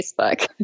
Facebook